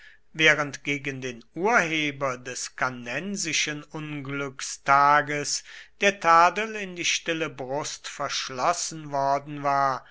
während gegen den urheber des cannensischen unglückstages der tadel in die stille brust verschlossen worden war